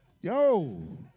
Yo